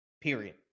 Period